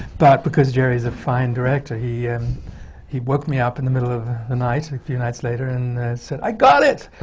but because gerry is a fine director, he and he woke me up in the middle of the night a like few nights later and said, i got it!